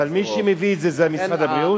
אבל מי שמביא את זה הוא משרד הבריאות?